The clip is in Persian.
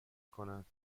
کنند